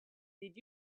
did